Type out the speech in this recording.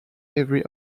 every